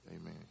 Amen